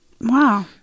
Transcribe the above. Wow